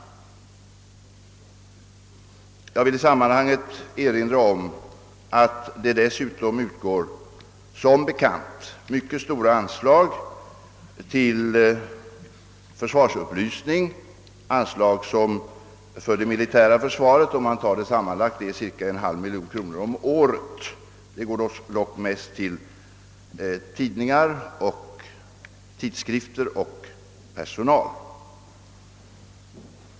Jag vill i sammanhanget erinra om att det dessutom utgår mycket stora anslag till försvarsupplysning. För det sammanlagda militära försvaret har de anslagen uppgått till cirka en halv miljon kronor om året. Pengarna går hu vudsakligen till kostnader för tidningar, tidskrifter och personal.